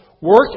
Work